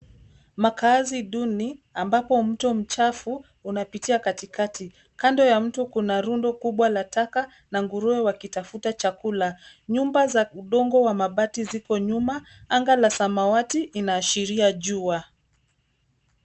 Makaazi duni ambapo mto mchafu unapitia katikati. Kando ya mto kuna rundo kubwa la taka na nguruwe wakitafuta chakula. Nyumba za udongo wa mabati ziko nyuma. Anga la samawati linaashiria jua.